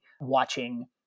watching